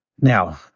Now